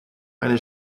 eine